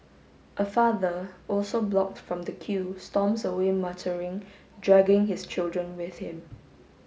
a father also blocked from the queue storms away muttering dragging his children with him